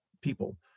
people